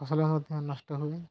ଫସଲ ମଧ୍ୟ ନଷ୍ଟ ହୁଏ